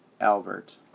Albert